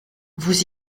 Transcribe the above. vous